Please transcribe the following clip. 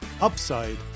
upside